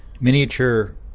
miniature